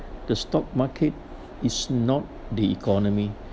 the stock market is not the economy